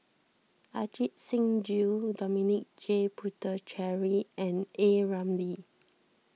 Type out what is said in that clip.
Ajit Singh Gill Dominic J Puthucheary and A Ramli